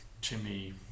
Jimmy